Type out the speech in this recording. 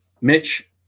Mitch